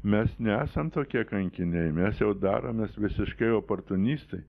mes nesam tokie kankiniai mes jau daromės visiškai oportunistai